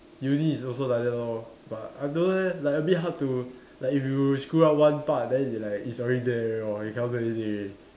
uni is also like that lor but I don't know leh like a bit hard to like if you screw up one part then you like it's already there you know you cannot do anything already